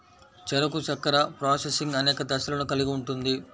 చెరకు చక్కెర ప్రాసెసింగ్ అనేక దశలను కలిగి ఉంటుంది